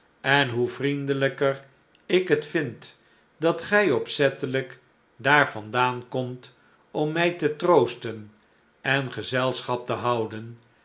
en hoe vriendelyker ik het vind dat gij opzettelijk daar vandaan komt om my te troosten en gezelschap te houden